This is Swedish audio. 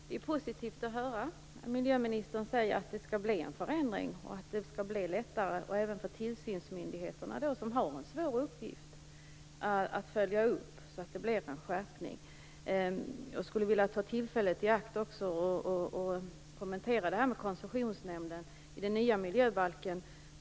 Herr talman! Miljöministern säger att det skall bli en förändring. Det är positivt att höra. Miljöministern säger att det skall bli lättare även för tillsynsmyndigheterna, som har en svår uppgift, att göra uppföljningar så att det blir en skärpning. Jag skulle också vilja ta tillfället i akt och kommentera förslaget till ny miljöbalk.